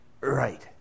Right